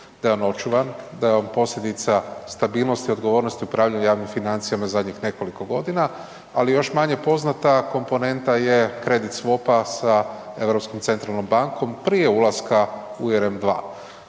da je on očuvan, da je on posljedica stabilnosti odgovornosti u upravljanju javnim financijama zadnjih nekoliko godina, ali još manje poznata komponenta je kredit swap-a sa Europskom centralnom